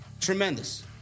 Tremendous